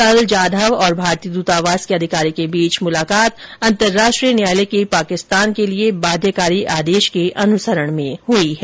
कल जाधव और भारतीय दूतावास के अधिकारी के बीच मुलाकात अंतरराष्ट्रीय न्यायालय के पाकिस्तान के लिए बाध्यकारी आदेश के अनुसरण में हुई है